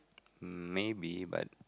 mm maybe but